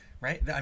Right